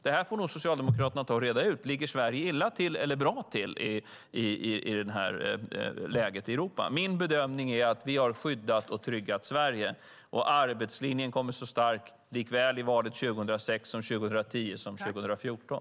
Detta får nog Socialdemokraterna reda ut. Ligger Sverige illa till eller bra till i detta läge i Europa? Min bedömning är att vi har skyddat och tryggat Sverige och att arbetslinjen kommer att stå stark likväl i valet 2006 som i valen 2010 och 2014.